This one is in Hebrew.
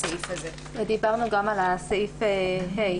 דיברנו גם על סעיף (ה).